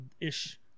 ish